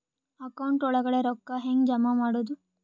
Account ಒಳಗಡೆ ರೊಕ್ಕ ಹೆಂಗ್ ಜಮಾ ಮಾಡುದು?